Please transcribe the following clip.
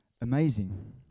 amazing